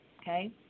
okay